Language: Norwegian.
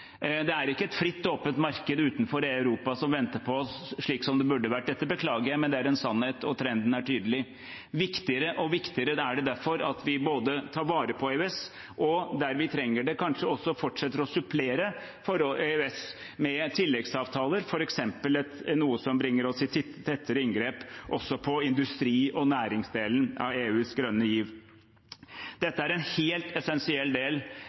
Det er ikke et fritt og åpent marked utenfor Europa som venter på oss, slik som det burde vært. Dette beklager jeg, men det er en sannhet, og trenden er tydelig. Det er derfor viktigere og viktigere at vi både tar vare på EØS og – der vi trenger det – kanskje også fortsetter å supplere EØS med tilleggsavtaler, f.eks. noe som bringer oss tettere i inngrep også når det gjelder industri og næringsdelen av EUs grønne giv. Dette er en helt essensiell del